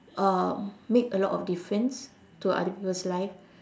uh make a lot of difference to other people's life